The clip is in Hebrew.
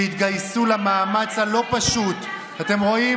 שהתגייסו למאמץ הלא-פשוט, אתם רואים?